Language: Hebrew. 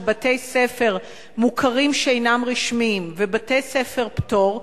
בתי-ספר מוכרים שאינם רשמיים ובתי-ספר "פטור",